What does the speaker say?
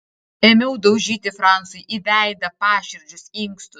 ėmiau daužyti francui į veidą paširdžius inkstus